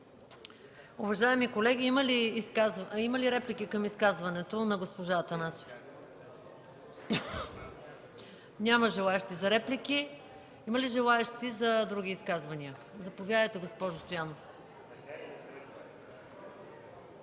Уважаеми колеги, има ли реплики към изказването на госпожа Атанасова? Няма желаещи за реплики. Има ли желаещи за други изказвания? Заповядайте, госпожо Стоянова.